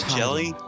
jelly